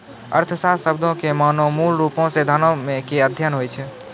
अर्थशास्त्र शब्दो के माने मूलरुपो से धनो के अध्ययन होय छै